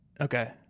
okay